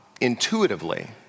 intuitively